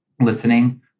listening